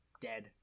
dead